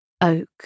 oak